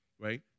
right